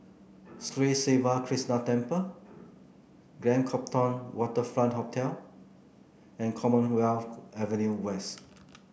Sri Siva Krishna Temple Grand Copthorne Waterfront Hotel and Commonwealth Avenue West